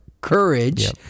courage